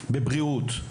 בבריאות,